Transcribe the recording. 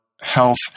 health